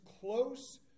close